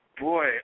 boy